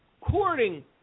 courting